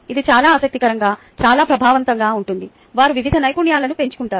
ఇది చాలా ఆసక్తికరంగా చాలా ప్రభావవంతంగా ఉంటుంది వారు వివిధ నైపుణ్యాలను పెంచుకుంటారు